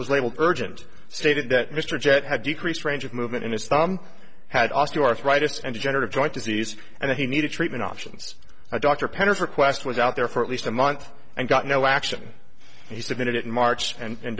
was labeled urgent stated that mr jett had decreased range of movement in his thumb had osteoarthritis and generative joint disease and he needed treatment options a doctor pender's request was out there for at least a month and got no action he submitted it in march and